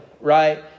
right